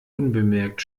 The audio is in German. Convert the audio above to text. unbemerkt